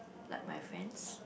like my friends